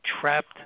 trapped